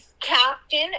captain